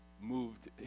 moved